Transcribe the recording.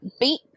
Beat